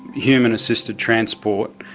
human assisted transport,